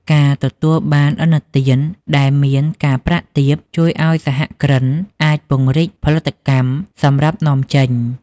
ការទទួលបានឥណទានដែលមានការប្រាក់ទាប ជួយឱ្យសហគ្រិនអាចពង្រីកផលិតកម្មសម្រាប់នាំចេញ។